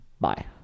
Bye